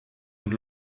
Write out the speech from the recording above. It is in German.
und